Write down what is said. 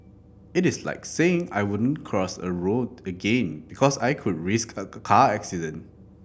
it is like saying I won't cross a road again because I could risk a car accident